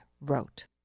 wrote